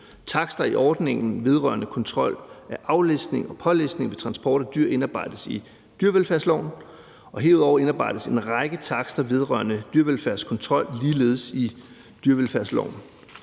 Takster i ordningen vedrørende kontrol af aflæsning og pålæsning ved transport af dyr indarbejdes i dyrevelfærdsloven, og herudover indarbejdes en række takster vedrørende dyrevelfærdskontrol ligeledes i dyrevelfærdsloven.